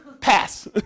Pass